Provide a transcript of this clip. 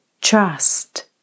trust